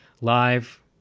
live